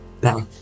back